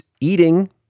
eating